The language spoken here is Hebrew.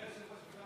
אדוני היושב-ראש,